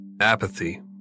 Apathy